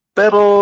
pero